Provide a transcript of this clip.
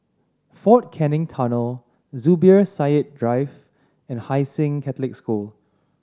Fort Canning Tunnel Zubir Said Drive and Hai Sing Catholic School